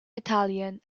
italian